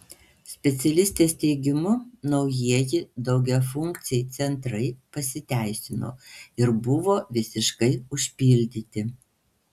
specialistės teigimu naujieji daugiafunkciai centrai pasiteisino ir buvo visiškai užpildyti